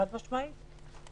חד-משמעית.